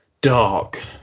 dark